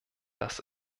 das